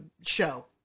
show